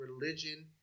religion